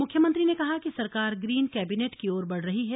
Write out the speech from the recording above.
मुख्यमंत्री ने कहा कि सरकार ग्रीन कैबिनेट की ओर बढ़ रही है